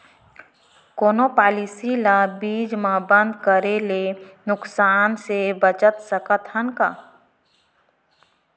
कोनो पॉलिसी ला बीच मा बंद करे ले नुकसान से बचत सकत हन का?